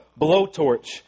blowtorch